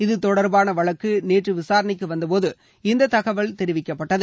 இது தொடர்பான வழக்கு நேற்று விசாரணைக்கு வந்தபோது இந்த தகவல் தெரிவிக்கப்பட்டது